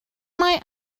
mae